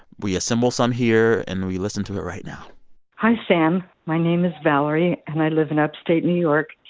we assemble some here, and we listen to it right now hi, sam. my name is valerie, and i live in upstate new york.